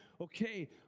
Okay